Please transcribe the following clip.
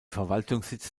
verwaltungssitz